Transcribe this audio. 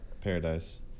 Paradise